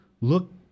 look